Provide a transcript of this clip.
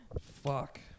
Fuck